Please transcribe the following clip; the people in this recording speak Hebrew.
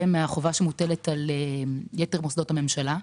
מהחובה שמוטלת על יתר מוסדות הממשלה.